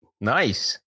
Nice